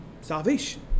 salvation